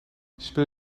speel